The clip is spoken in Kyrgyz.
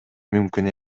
мүмкүн